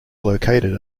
located